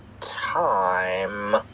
time